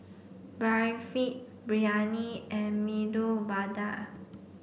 Barfi Biryani and Medu Vada